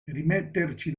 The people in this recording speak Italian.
rimetterci